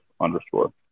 underscore